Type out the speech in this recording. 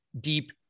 deep